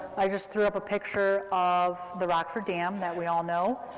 i just threw up a picture of the rockford dam, that we all know,